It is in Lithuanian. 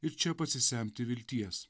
ir čia pasisemti vilties